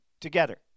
together